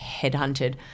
headhunted